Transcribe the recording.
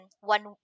one